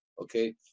okay